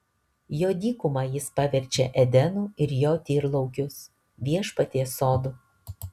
jo dykumą jis paverčia edenu ir jo tyrlaukius viešpaties sodu